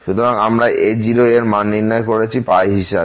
সুতরাং আমরা a0 এর মান নির্ণয় করেছি হিসাবে